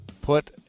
put